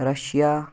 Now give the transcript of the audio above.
Russia